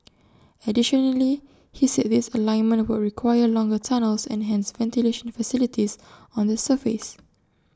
additionally he said this alignment would require longer tunnels and hence ventilation facilities on the surface